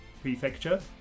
prefecture